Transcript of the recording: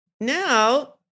Now